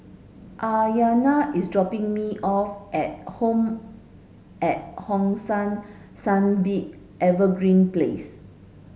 Aryanna is dropping me off at Home at Hong San Sunbeam Evergreen Place